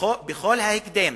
בכל ההקדם